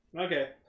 Okay